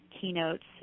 keynotes